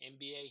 NBA